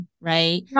right